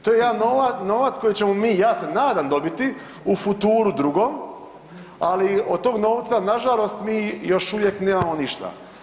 To je javan novac kojeg ćemo mi ja se nadam dobiti, u futuru II ali od toga novca nažalost mi još uvijek nemamo ništa.